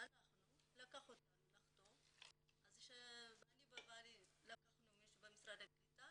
לקח אותנו לחתום, אז לקחנו מישהו ממשרד הקליטה